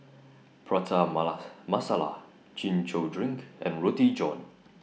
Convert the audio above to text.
Prata Masala Chin Chow Drink and Roti John